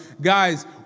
guys